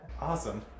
Awesome